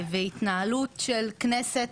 והתנהלות של כנסת,